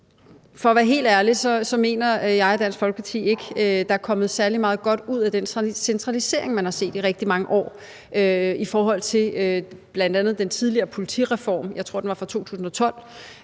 For at være helt ærlig mener jeg og Dansk Folkeparti ikke, at der er kommet særlig meget godt ud af den centralisering, man i rigtig mange år har set, bl.a. i forhold til den tidligere politireform – jeg tror, den er fra 2012